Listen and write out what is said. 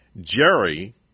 Jerry